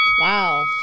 Wow